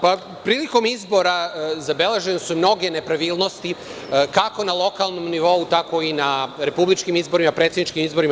Prilikom izbora zabeležene su mnoge nepravilnosti kako na lokalnom nivou, tako i na republičkim izborima, na predsedničkim izborima.